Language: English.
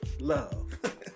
love